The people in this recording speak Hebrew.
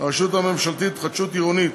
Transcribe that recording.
הרשות הממשלתית להתחדשות עירונית